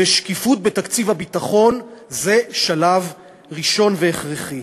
ושקיפות בתקציב הביטחון זה שלב ראשון והכרחי.